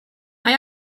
mae